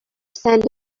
send